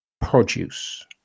produce